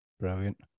Brilliant